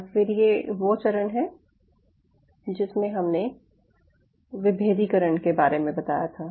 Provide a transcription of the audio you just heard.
और फिर यह वो चरण है जिसमे हमने विभेदीकरण के बारे में बताया था